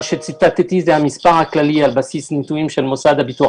מה שציטטתי זה המספר הכללי על בסיס נתונים של המוסד לביטוח